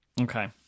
okay